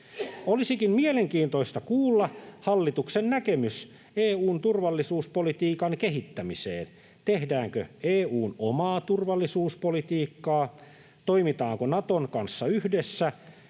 Olisikin mielenkiintoista kuulla hallituksen näkemys EU:n turvallisuuspolitiikan kehittämiseen: tehdäänkö EU:n omaa turvallisuuspolitiikkaa, toimitaanko Naton kanssa yhdessä,